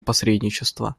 посредничества